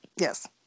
Yes